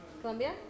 Colombia